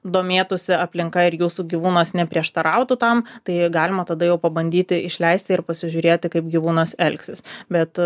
domėtųsi aplinka ir jūsų gyvūnas neprieštarautų tam tai galima tada jau pabandyti išleisti ir pasižiūrėti kaip gyvūnas elgsis bet